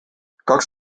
kaks